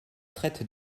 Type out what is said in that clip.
traitent